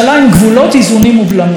איזונים ובלמים.